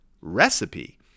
recipe